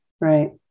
Right